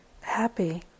happy